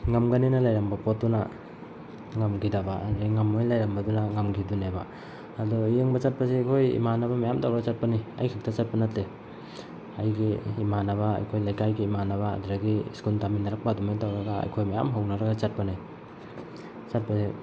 ꯉꯝꯒꯅꯦꯅ ꯂꯩꯔꯝꯕ ꯄꯣꯠꯇꯨꯅ ꯉꯝꯈꯤꯗꯕ ꯑꯗꯒꯤ ꯉꯝꯃꯣꯏꯅ ꯂꯩꯔꯝꯕꯗꯨꯅ ꯉꯝꯈꯤꯕꯗꯨꯅꯦꯕ ꯑꯗꯣ ꯌꯦꯡꯕ ꯆꯠꯄꯁꯦ ꯑꯩꯈꯣꯏ ꯏꯃꯥꯟꯅꯕ ꯃꯌꯥꯝ ꯇꯧꯔꯒ ꯆꯠꯄꯅꯤ ꯑꯩ ꯈꯛꯇ ꯆꯠꯄ ꯅꯠꯇꯦ ꯑꯩꯒꯤ ꯏꯃꯥꯟꯅꯕ ꯑꯩꯈꯣꯏ ꯂꯩꯀꯥꯏꯒꯤ ꯏꯃꯥꯟꯅꯕ ꯑꯗꯨꯗꯒꯤ ꯁ꯭ꯀꯨꯜ ꯇꯝꯃꯤꯟꯅꯔꯛꯄ ꯑꯗꯨꯃꯥꯏꯅ ꯇꯧꯔꯒ ꯑꯩꯈꯣꯏ ꯃꯌꯥꯝ ꯍꯧꯅꯔꯒ ꯆꯠꯄꯅꯦ ꯆꯠꯄꯁꯦ